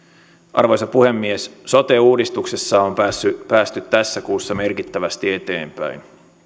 arvoisa puhemies sote uudistuksessa on päästy tässä kuussa merkittävästi eteenpäin